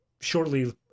shortly